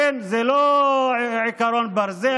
זה לא עקרון ברזל.